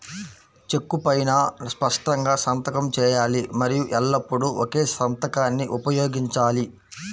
చెక్కు పైనా స్పష్టంగా సంతకం చేయాలి మరియు ఎల్లప్పుడూ ఒకే సంతకాన్ని ఉపయోగించాలి